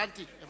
הבנתי.